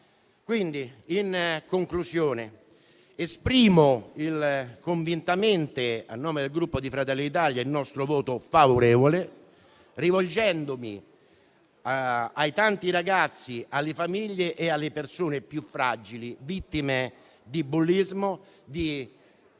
ottica. In conclusione, esprimo convintamente, a nome del Gruppo Fratelli d'Italia, il voto favorevole, rivolgendomi ai tanti ragazzi, alle famiglie e alle persone più fragili vittime di bullismo, di